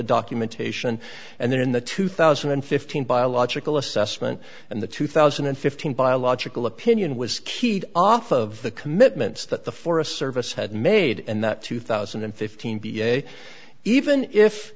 documentation and then in the two thousand and fifteen biological assessment and the two thousand and fifteen biological opinion was keyed off of the commitments that the forest service had made and that two thousand and fifteen be a even if